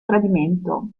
tradimento